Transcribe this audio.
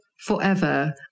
forever